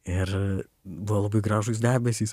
ir buvo labai gražūs debesys